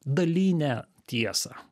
dalinę tiesą